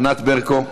ענת ברקו,